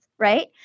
Right